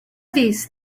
these